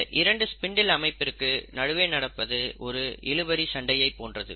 இந்த இரண்டு ஸ்பிண்டில் அமைப்பிற்கு நடுவே நடப்பது ஒரு இழு பறி சண்டையைப் போன்றது